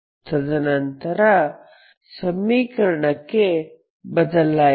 ತದನಂತರ ಸಮೀಕರಣಕ್ಕೆ ಬದಲಿಸಿ